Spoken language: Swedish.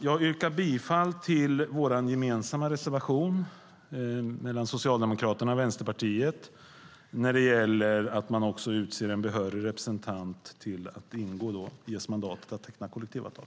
Jag yrkar bifall till Socialdemokraternas och Vänsterpartiets gemensamma reservation om att man också ska utse en behörig representant som ges mandat att teckna kollektivavtal.